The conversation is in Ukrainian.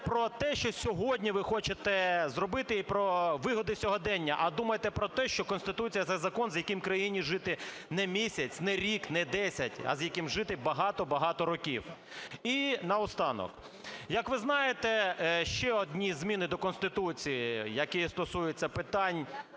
про те, що сьогодні ви хочете зробити і про вигоди сьогодення, а думайте про те, що Конституція – це закон, з яким в країні жити не місяць, не рік, не 10, а з яким жити багато-багато років. І наостанок. Як ви знаєте, ще одні зміни до Конституції, які стосуються питань